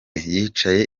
yicaye